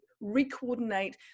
re-coordinate